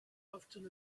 often